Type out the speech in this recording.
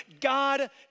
God